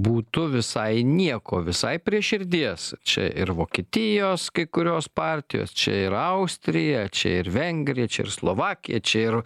būtų visai nieko visai prie širdies čia ir vokietijos kai kurios partijos čia ir austrija čia ir vengrija čia ir slovakija čia ir